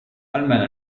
almeno